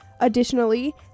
Additionally